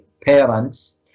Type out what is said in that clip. parents